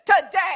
Today